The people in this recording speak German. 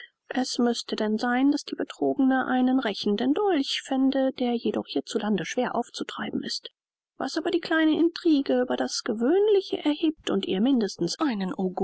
es müßte denn sein daß die betrogene einen rächenden dolch fände der jedoch hier zu lande schwer aufzutreiben ist was aber die kleine intrigue über das gewöhnliche erhebt und ihr mindestens einen